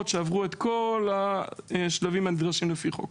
שעברו את כל השלבים הנדרשים לפי חוק.